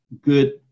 good